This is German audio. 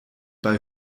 bei